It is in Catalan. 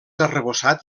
arrebossat